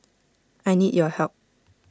I need your help